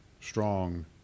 strong